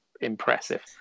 impressive